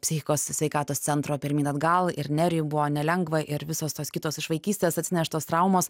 psichikos sveikatos centro pirmyn atgal ir nerijui buvo nelengva ir visos tos kitos iš vaikystės atsineštos traumos